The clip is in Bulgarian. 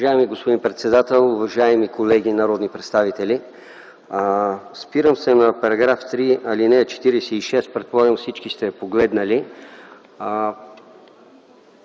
Уважаеми господин председател, уважаеми колеги народни представители! Спирам се на § 3, чл. 4б – предполагам, всички сте го погледнали.